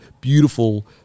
beautiful